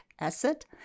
acid